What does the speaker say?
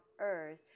Earth